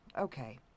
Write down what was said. okay